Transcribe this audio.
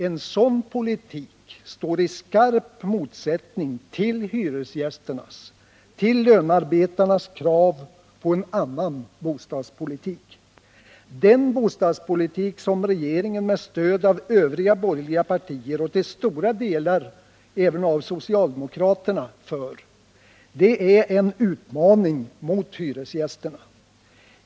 En sådan politik står i skarp motsättning till hyresgästernas, till lönarbetarnas krav på en annan bostadspolitik. Den bostadspolitik som regeringen med stöd av övriga borgerliga partier och till stora delar även av socialdemokraterna för är en utmaning mot hyresgästerna.